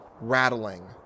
rattling